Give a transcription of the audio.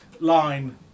line